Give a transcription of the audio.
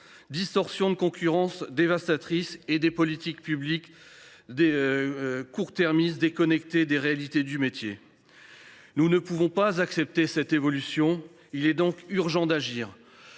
distorsions de concurrence dévastatrices ; politiques publiques court termistes déconnectées des réalités du métier. Nous ne pouvons accepter cette évolution : il est urgent d’agir